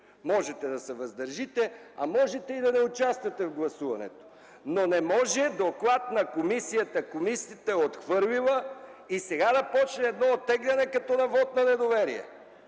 можете да се въздържите, а можете и да не участвате в гласуването. Не може обаче доклад на комисията, комисията е отхвърлила и сега да започне оттегляне като на вот на недоверие.